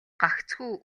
гагцхүү